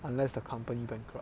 unless the company bankrupt